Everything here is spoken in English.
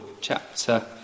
Chapter